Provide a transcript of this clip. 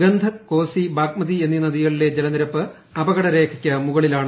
ഗന്ധക് കോസി ശ്ബ്രാഗ്മതി എന്നീ നദികളിലെ ജലനിരപ്പ് അപകടരേഖ്യ്ക്ക് മുകളിലാണ്